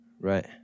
Right